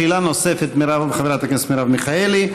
שאלה נוספת לחברת הכנסת מרב מיכאלי,